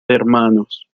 hnos